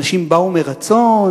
אנשים שבאו מרצון,